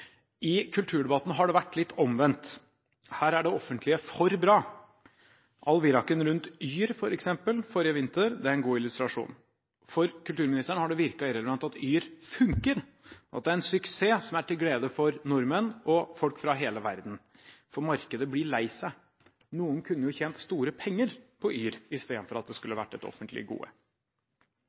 I kulturdebatten har det vært litt omvendt: Her er det offentlige for bra. All viraken rundt yr.no f.eks., forrige vinter, er en god illustrasjon. For kulturministeren har det virket irrelevant at yr.no funker, at det er en suksess som er til glede for nordmenn og folk fra hele verden, for markedet blir lei seg, noen kunne jo tjent store penger på yr.no istedenfor at det kan være et offentlig gode.